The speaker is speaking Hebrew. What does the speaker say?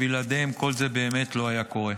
שבלעדיהם כל זה באמת לא היה קורה.